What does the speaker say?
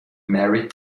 married